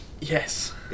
Yes